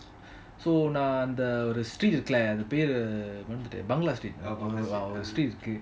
so நான் அந்த:naan antha street இருக்குல்ல அது பெரு மறந்துட்டேன்:irukula athu peru maranthutan banglas street oru street இருக்கு:iruku